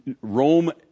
Rome